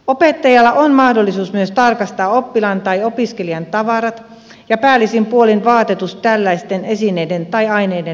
opettajalla on myös mahdollisuus tarkastaa oppilaan tai opiskelijan tavarat ja päällisin puolin vaatetus tällaisten esineiden tai aineiden löytämiseksi